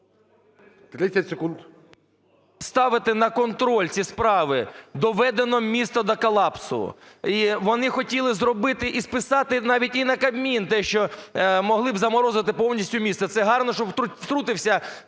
…поставити на контроль ці справи. Доведено місто до колапсу. І вони хотіли зробити і списати навіть і на Кабмін те, що могли б заморозити повністю місто. Це гарно, що втрутивсяв.о.